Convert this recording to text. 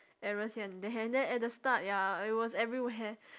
errors here and there and then at the start ya it was everywhere